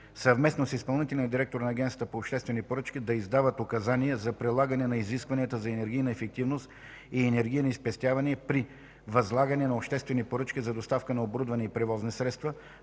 съвместно с изпълнителния директор на Агенцията по обществени поръчки да издават указания за прилагане на изискванията за енергийна ефективност и енергийни спестявания при възлагане на обществени поръчки за доставка на оборудване и превозни средства,